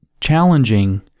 challenging